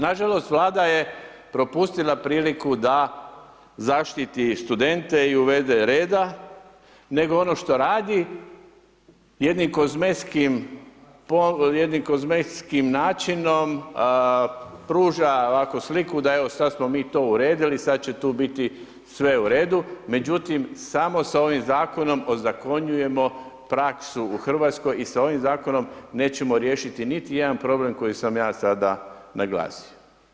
Nažalost, Vlada je propustila priliku da zaštiti studente i uvede reda, nego ono što radi jednim kozmetskim načinom, pruža ovako sliku da evo, sada smo mi to uredili, sada će to biti sve u redu, međutim, samo sa ovim zakonom, ozakonjujemo praksu u Hrvatskoj i sa ovim zakonom nećemo riješiti niti jedan problem koji sam ja sada naglasio.